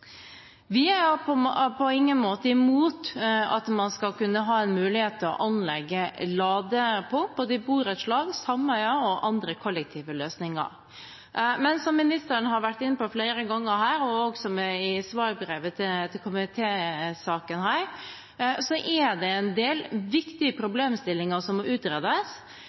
Vi er på ingen måte imot at man skal kunne ha en mulighet til å anlegge ladepunkter, både i borettslag, sameier og andre kollektive løsninger. Men som ministeren har vært inne på flere ganger her, også i svarbrevet til komiteen i denne saken, er det en del viktige problemstillinger som må utredes,